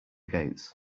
gates